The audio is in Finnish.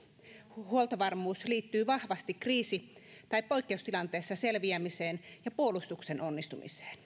huoltovarmuus liittyy vahvasti kriisi tai poikkeustilanteessa selviämiseen ja puolustuksen onnistumiseen